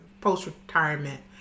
post-retirement